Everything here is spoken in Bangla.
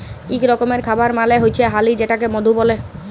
ইক রকমের খাবার মালে হচ্যে হালি যেটাকে মধু ব্যলে